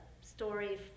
story